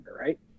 right